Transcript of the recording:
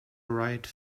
write